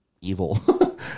evil